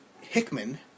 Hickman